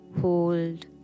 Hold